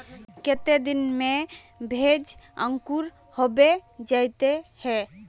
केते दिन में भेज अंकूर होबे जयते है?